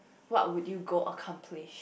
what would you go accomplish